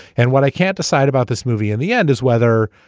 and what i can't decide about this movie in the end is whether